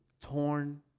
torn